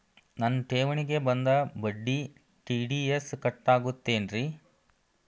ನನ್ನ ಠೇವಣಿಗೆ ಬಂದ ಬಡ್ಡಿಗೆ ಟಿ.ಡಿ.ಎಸ್ ಕಟ್ಟಾಗುತ್ತೇನ್ರೇ?